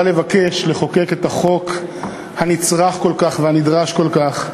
לבקש לחוקק את החוק הנצרך כל כך והנדרש כל כך,